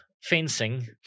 fencing